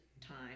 time